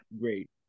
Great